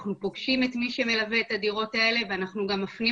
אנחנו פוגשים את מי שמלווה את הדירות האלה ואנחנו גם מפנים